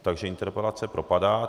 Takže interpelace propadá.